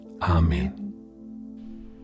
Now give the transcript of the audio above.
Amen